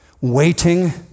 waiting